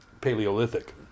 Paleolithic